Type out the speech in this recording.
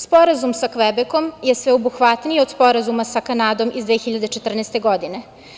Sporazum sa Kvebekom je sveobuhvatniji od Sporazuma sa Kanadom iz 2014. godine.